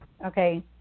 Okay